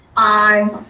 aye.